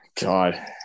God